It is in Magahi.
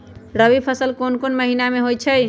रबी फसल कोंन कोंन महिना में होइ छइ?